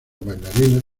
bailarines